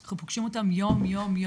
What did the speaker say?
אנחנו פוגשים אותם יום יום.